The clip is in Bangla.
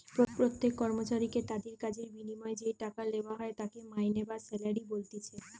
প্রত্যেক কর্মচারীকে তাদির কাজের বিনিময়ে যেই টাকা লেওয়া হয় তাকে মাইনে বা স্যালারি বলতিছে